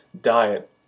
diet